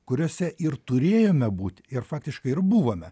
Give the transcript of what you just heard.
kuriose ir turėjome būt ir faktiškai ir buvome